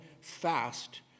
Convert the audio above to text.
fast